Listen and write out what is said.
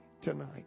tonight